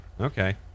Okay